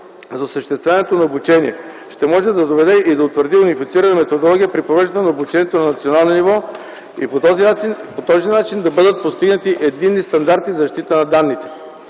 за осъществяването на обучение ще може да доведе и да утвърди унифицирана методология при провеждане обучението на национално ниво, та по този начин да бъдат постигнати единни стандарти за защита на данните.